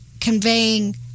conveying